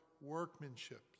workmanship